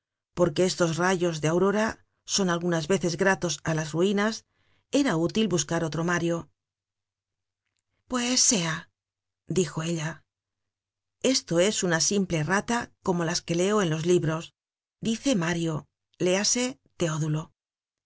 porque estos rayos de aurora son algunas veces gratos á las ruinas era útil buscar otro mario pues sea dijo ella esto es una simple errata como las que veo en los libros dice mario léase teodulo